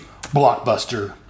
Blockbuster